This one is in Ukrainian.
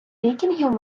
вікінгів